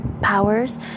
powers